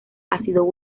ácido